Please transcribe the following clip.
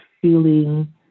feeling